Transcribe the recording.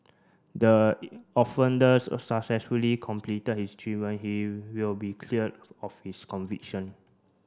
the offenders successfully completed his treatment he will be cleared of his conviction